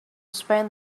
spend